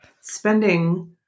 spending